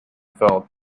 felt